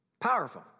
Powerful